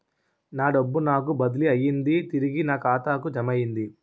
నా డబ్బు నాకు బదిలీ అయ్యింది తిరిగి నా ఖాతాకు జమయ్యింది